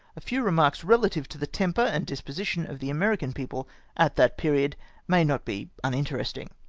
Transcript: a few remarks relative to the temper and disposition of the american people at that period may not be uninteresting.